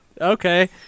okay